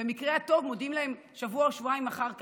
במקרה הטוב מודיעים להם שבוע או שבועיים אחר כך,